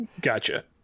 Gotcha